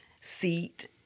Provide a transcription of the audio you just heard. seat